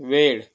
वेळ